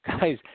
Guys